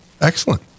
Excellent